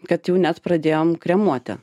kad jų net pradėjom kremuoti